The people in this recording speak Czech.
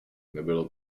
nebylo